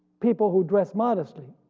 people who dress modestly,